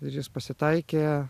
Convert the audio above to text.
ir jis pasitaikė